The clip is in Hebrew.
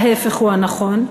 ההפך הוא הנכון,